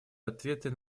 ответы